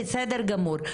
בסדר גמור,